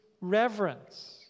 reverence